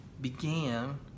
began